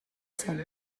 zen